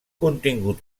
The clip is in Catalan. contingut